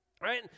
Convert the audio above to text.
right